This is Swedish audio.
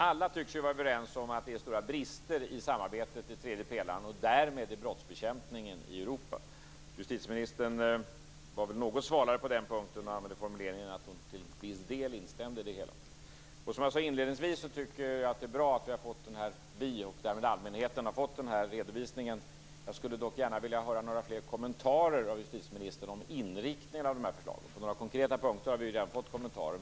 Alla tycks ju vara överens om att det finns stora brister i samarbetet i tredje pelaren och därmed i brottsbekämpningen i Europa. Justitieministern var väl något svalare på den punkten och använde formuleringen att hon till viss del instämde i det hela. Som jag sade inledningsvis tycker jag att det är bra att vi och därmed allmänheten har fått den här redovisningen. Jag skulle dock vilja ha några fler kommentarer av justitieministern om inriktningen av förslagen. På några konkreta punkter har vi redan fått kommentarer.